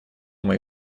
мои